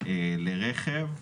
ולרכב.